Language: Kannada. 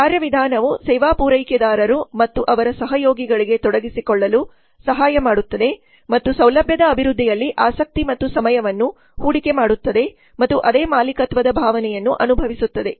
ಈ ಕಾರ್ಯವಿಧಾನವು ಸೇವಾ ಪೂರೈಕೆದಾರರು ಮತ್ತು ಅವರ ಸಹಯೋಗಿಗಳಿಗೆ ತೊಡಗಿಸಿಕೊಳ್ಳಲು ಸಹಾಯ ಮಾಡುತ್ತದೆ ಮತ್ತು ಸೌಲಭ್ಯದ ಅಭಿವೃದ್ಧಿಯಲ್ಲಿ ಆಸಕ್ತಿ ಮತ್ತು ಸಮಯವನ್ನು ಹೂಡಿಕೆ ಮಾಡುತ್ತದೆ ಮತ್ತು ಅದೇ ಮಾಲೀಕತ್ವದ ಭಾವನೆಯನ್ನು ಅನುಭವಿಸುತ್ತದೆ